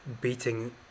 beating